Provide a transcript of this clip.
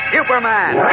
Superman